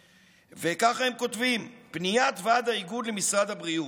ככה הם כותבים בפניית ועד האיגוד למשרד הבריאות: